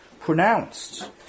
pronounced